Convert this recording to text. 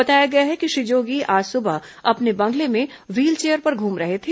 बताया गया है कि श्री जोगी आज सुबह अपने बंगले में व्हीलचेयर पर घूम रहे थे